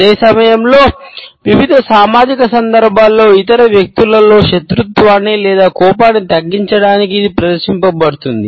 అదే సమయంలో వివిధ సామాజిక సందర్భాల్లో ఇతర వ్యక్తులలో శత్రుత్వాన్ని లేదా కోపాన్ని తగ్గించడానికి ఇది ప్రదర్శించబడుతుంది